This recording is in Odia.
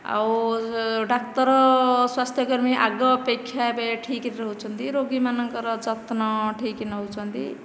ଆଉ ଡାକ୍ତର ସ୍ୱାସ୍ଥ୍ୟ କର୍ମୀ ଆଗ ଅପେକ୍ଷା ଏବେ ଠିକରେ ରହୁଛନ୍ତି ରୋଗୀ ମାନଙ୍କର ଯତ୍ନ ଠିକ ନେଉଛନ୍ତି